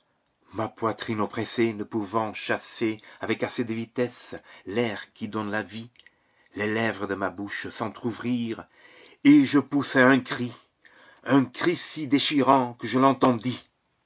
ma poitrine oppressée ne pouvant chasser avec assez de vitesse l'air qui donne la vie les lèvres de ma bouche s'entr'ouvrirent et je poussai un cri un cri si déchirant que je l'entendis